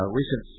recent